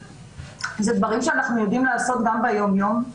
זה דברים שאנחנו יודעים לעשות גם ביום-יום.